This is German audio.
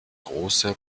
große